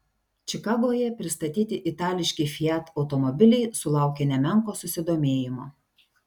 čikagoje pristatyti itališki fiat automobiliai sulaukė nemenko susidomėjimo